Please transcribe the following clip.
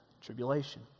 tribulation